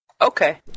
Okay